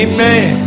Amen